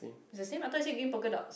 is the same I thought you say green polka dot